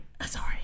sorry